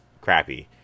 crappy